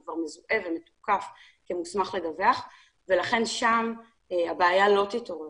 הוא כבר מזוהה ומתוקף כמוסמך לדווח ולכן שם הבעיה לא תתעורר.